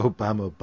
Obama